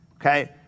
Okay